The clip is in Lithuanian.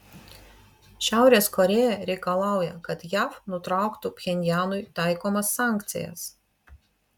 šiaurės korėja reikalauja kad jav nutrauktų pchenjanui taikomas sankcijas